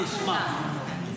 אני אשמח.